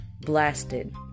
blasted